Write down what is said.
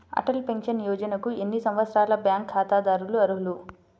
Atal pension యోజనకు ఎన్ని సంవత్సరాల బ్యాంక్ ఖాతాదారులు అర్హులు?